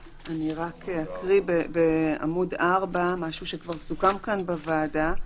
אקרא מעמוד 4 משהו שכבר סוכם כאן בוועדה.